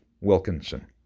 Wilkinson